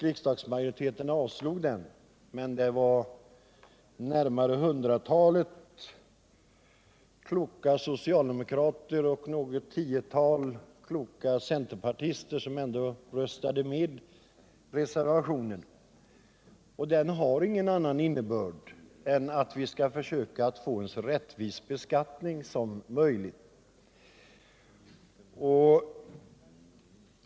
Riksdagsmajoriteten avslog denna motion, men närmare hundratalet kloka socialdemokrater och något tiotal kloka centerpartister röstade ändå för reservationen. Den har ingen annan innebörd än att vi skall försöka få en så rättvis beskattning som möjligt.